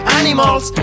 animals